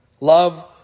love